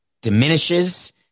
diminishes